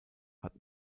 hat